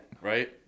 Right